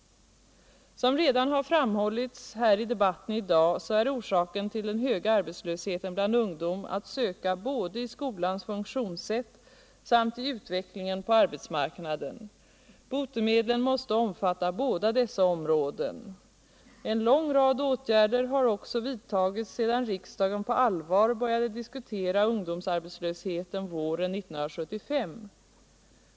| Som redan har framhållits i debatten i dag är orsaken till den höga arbetslösheten bland ungdomen att söka både i skolans funktionssätt och i utvecklingen på arbetsmarknaden. Botemedlet måste omfatta båda dessa områden. En lång rad åtgärder har också vidtagits sedan riksdagen på allvar började diskutera ungdomsarbetslösheten våren 19735.